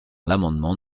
l’amendement